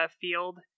field